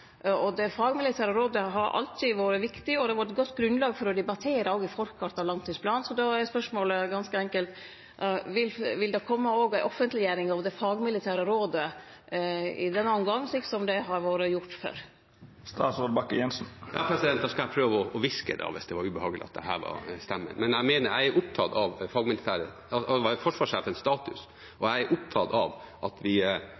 før. Det fagmilitære rådet har alltid vore viktig, og det har vore eit godt grunnlag for å debattere i forkant av langtidsplanen. Då er spørsmålet ganske enkelt: Vil det òg kome ei offentleggjering av det fagmilitære rådet i denne omgangen, slik som det har vore gjort før? Da skal jeg prøve å hviske, hvis det var ubehagelig at jeg hevet stemmen. Jeg er opptatt av det fagmilitære og forsvarssjefens status, og jeg er opptatt av at vi